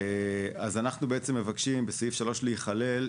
אנחנו מבקשים להיכלל בסעיף 3,